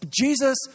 Jesus